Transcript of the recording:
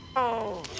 oh,